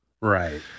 Right